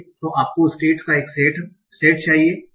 तो आपको स्टेट्स का एक सेट चाहिए हाँ